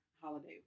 holiday